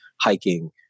hiking